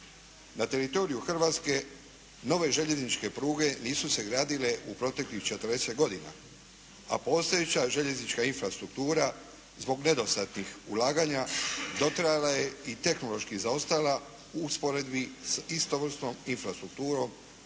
Na teritoriju Hrvatske nove željezničke pruge nisu se gradile u proteklih 40 godina, a postojeća željeznička infrastruktura zbog nedostatnih ulaganja dotrajala je i tehnološki zaostala u usporedbi s istovrsnom infrastrukturom